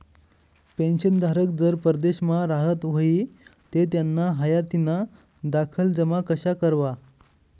पेंशनधारक जर परदेसमा राहत व्हयी ते त्याना हायातीना दाखला जमा कशा करवा?